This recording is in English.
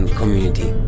community